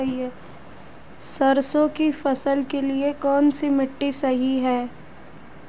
सरसों की फसल के लिए कौनसी मिट्टी सही हैं?